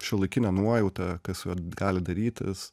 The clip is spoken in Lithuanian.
šiuolaikinę nuojautą kas gali darytis